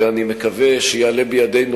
ואני מקווה שיעלה בידנו,